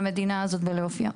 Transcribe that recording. למדינה ולאופייה,